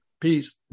Peace